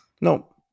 No